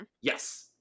Yes